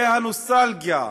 זה הנוסטלגיה,